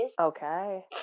Okay